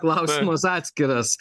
klausimas atskiras